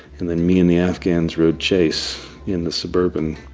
and then me and the afghans rode chase in the suburban